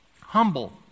humble